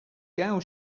gal